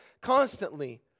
constantly